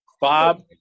Bob